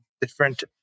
different